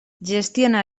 gestiona